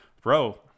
bro